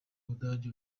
ubudage